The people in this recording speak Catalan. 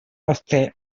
obté